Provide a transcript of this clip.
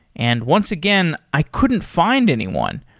and once again, i couldn't find anyone.